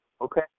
Okay